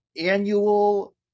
annual